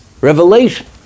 revelation